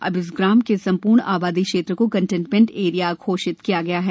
अब इस ग्राम के सम्पूर्ण आबादी क्षेत्र को कंटेन्मेंट एरिया घोषित किया है